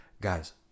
guys